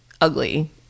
ugly